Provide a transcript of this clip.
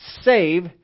save